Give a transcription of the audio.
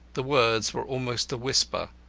the words were almost a whisper,